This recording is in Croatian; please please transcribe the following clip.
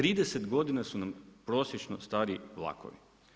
30 godina su nam prosječno stari vlakovi.